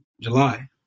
July